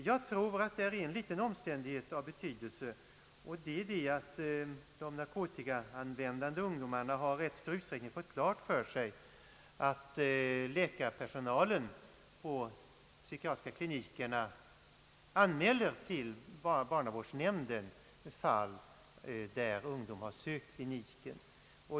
En omständighet som kan ha en viss betydelse är att de narkotikaanvändande ungdomarna i rätt stor utsträckning har fått klart för sig att läkarpersonalen på de psykiatriska klinikerna anmäler till barnavårdsnämnden fall där ungdomar uppsökt kliniken.